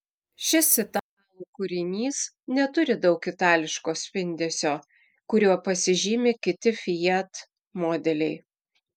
šis italų kūrinys neturi daug itališko spindesio kuriuo pasižymi kiti fiat modeliai